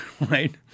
right